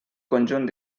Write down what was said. conjunt